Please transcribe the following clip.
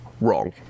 Wrong